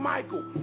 Michael